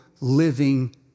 living